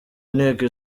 nteko